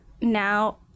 now